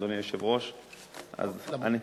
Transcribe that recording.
אדוני היושב-ראש לכנס.